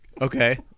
Okay